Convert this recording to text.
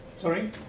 Sorry